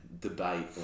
debate